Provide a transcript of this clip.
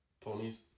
ponies